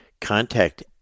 Contact